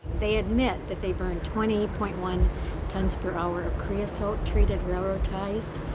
they admit that they burn twenty point one tons per hour of creosote treated railroad ties.